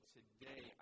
today